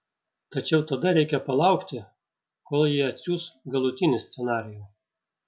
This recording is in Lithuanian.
tačiau tada reikia palaukti kol ji atsiųs galutinį scenarijų